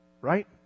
right